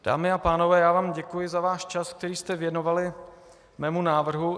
Dámy a pánové, děkuji vám za váš čas, který jste věnovali mému návrhu.